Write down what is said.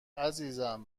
عزیزم